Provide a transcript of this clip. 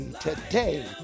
today